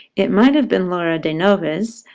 it might have been laura de noves,